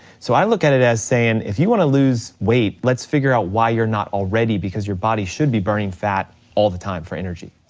so i look at it as saying if you wanna lose weight let's figure out why you're not already because your body should be burning fat all the time for energy.